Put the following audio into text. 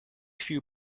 few